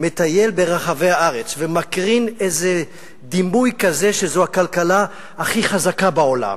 מטייל ברחבי הארץ ומקרין איזה דימוי כזה שזו הכלכלה הכי חזקה בעולם,